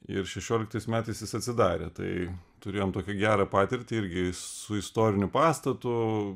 ir šešioliktais metais jis atsidarė tai turėjom tokią gerą patirtį irgi su istoriniu pastatu